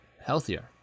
healthier